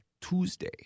Tuesday